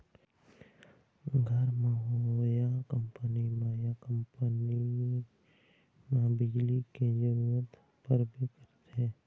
घर म होए या ऑफिस म ये कंपनी म बिजली के जरूरत परबे करथे